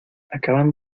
acaban